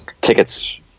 tickets